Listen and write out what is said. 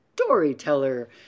storyteller